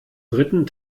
dritten